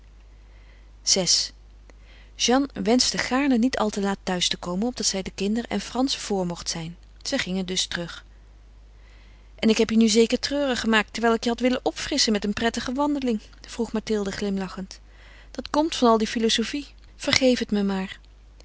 jeanne wenschte gaarne niet al te laat thuis te komen opdat zij de kinderen en frans vor mocht zijn zij gingen dus terug en ik heb je nu zeker treurig gemaakt terwijl ik je had willen opfrisschen met een prettige wandeling vroeg mathilde glimlachend dat komt van al die filozofie vergeef het me maar